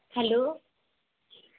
hello